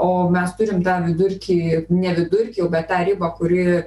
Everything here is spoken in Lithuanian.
o mes turim tą vidurkį ne vidurkį bet tą ribą kuri